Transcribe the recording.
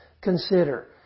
consider